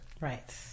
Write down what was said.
right